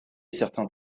certains